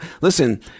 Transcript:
listen